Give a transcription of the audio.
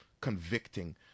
convicting